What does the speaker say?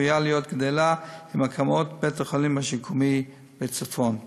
צפויה להיות גדילה עם הקמת בית-החולים השיקומי בצפון.